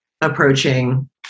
approaching